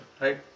right